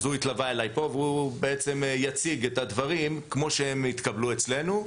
הוא התלווה אלי והוא יציג את הדברים כמו שהם התקבלו אצלנו,